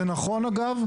זה נכון אגב,